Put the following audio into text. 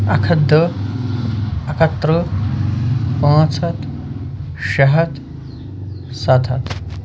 اکھتھ دہ اکھ ہتھ تٕرٕہ پانٛژھ ہتھ شیٚے ہتھ ستھ ہتھ